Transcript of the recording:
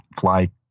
fly